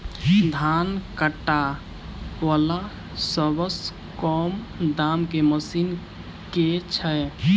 धान काटा वला सबसँ कम दाम केँ मशीन केँ छैय?